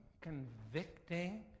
convicting